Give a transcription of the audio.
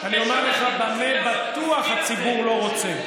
אני אומר לך במה בטוח הציבור לא רוצה.